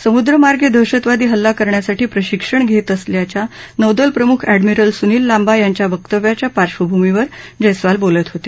समुद्रमागें दहशतवादी हल्ला करण्यासाठी प्रशिक्षण घेत असल्याच्या नौदल प्रमुख एडमिरल सुनील लांबा यांच्या वकत्व्याच्या पार्श्वभूमीवर जस्त्रिाल बोलत होते